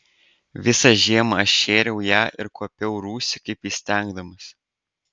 visą žiemą aš šėriau ją ir kuopiau rūsį kaip įstengdamas